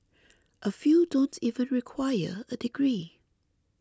a few don't even require a degree